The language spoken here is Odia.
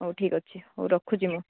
ହଉ ଠିକ୍ ଅଛି ହଉ ରଖୁଛି ମୁଁ